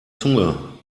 zunge